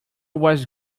was